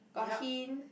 got hint